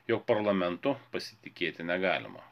jog parlamentu pasitikėti negalima